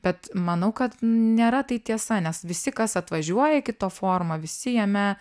bet manau kad nėra tai tiesa nes visi kas atvažiuoja iki to forumo visi jame